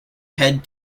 head